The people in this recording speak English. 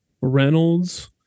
Reynolds